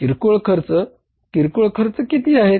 किरकोळ खर्च किरकोळ खर्च किती आहेत